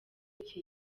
iki